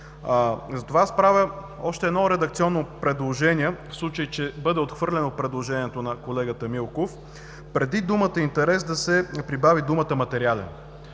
Затова правя още едно редакционно предложение, в случай че бъде отхвърлено предложението на колегата Милков: преди думата „интерес“ да се добави думата „материален“.